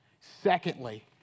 Secondly